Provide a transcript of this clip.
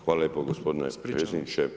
Hvala lijepo gospodine potpredsjedniče.